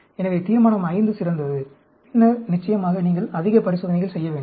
எனவே தீர்மானம் V சிறந்தது பின்னர் நிச்சயமாக நீங்கள் அதிக பரிசோதனைகள் செய்ய வேண்டும்